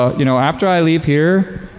you know, after i leave here,